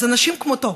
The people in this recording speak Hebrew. אז אנשים כמותו,